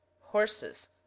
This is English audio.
horses